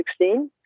2016